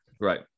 Right